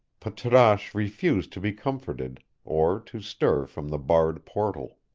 patrasche refused to be comforted or to stir from the barred portal.